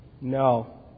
No